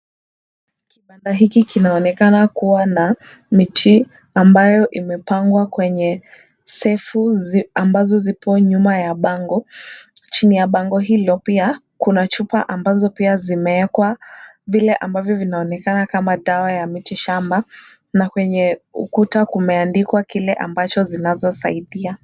Kibanda hiki kinaonekana kuwa na miti ambayo imepangwa kwenye sefu ,ambazo zipo nyuma ya bango. Chini ya bango hilo pia kuna chupa ambazo pia zimewekwa vile ambavyo vinaonekana kama dawa ya miti shamba na kwenye ukuta, kumeandikwa kile ambacho zinazosaidia.